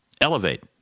Elevate